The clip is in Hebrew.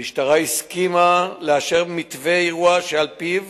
המשטרה הסכימה לאשר מתווה אירוע שעל-פיו